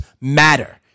matter